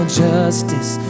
justice